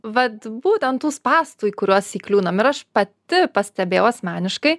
vat būtent tų spąstų į kuriuos įkliūnam ir aš pati pastebėjau asmeniškai